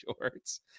shorts